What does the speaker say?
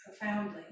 profoundly